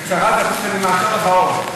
בקצרה תגיד, ואני מאשר לך עוד,